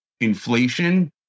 inflation